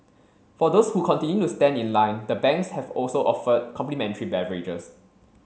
for those who continue to stand in line the banks have also offered complimentary beverages